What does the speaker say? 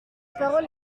parole